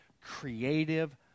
creative